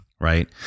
right